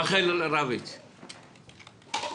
רחל רביץ נמצאת?